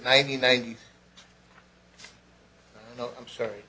ninety ninety i'm sorry